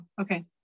okay